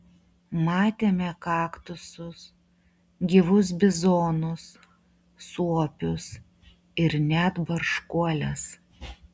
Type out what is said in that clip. matėme kaktusus gyvus bizonus suopius ir net barškuoles